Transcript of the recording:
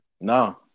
no